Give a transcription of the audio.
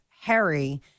Harry